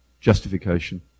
justification